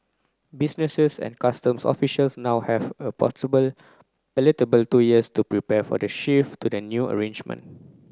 businesses and customs officials now have a palatable a little bit two years to prepare for the shift to the new arrangement